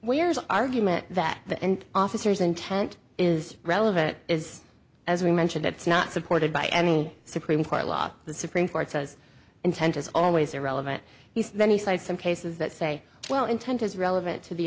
where is argument that the and officers intent is relevant is as we mentioned it's not supported by any supreme court law the supreme court says intent is always irrelevant then he cited some cases that say well intent is relevant to the